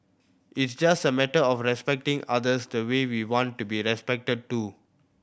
it's just a matter of respecting others the way we want to be respected too